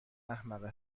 احمقه